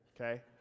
Okay